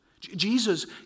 Jesus